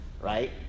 right